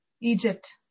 Egypt